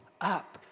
up